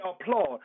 applaud